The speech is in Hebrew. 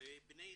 ובני ישראל,